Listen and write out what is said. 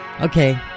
Okay